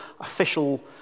official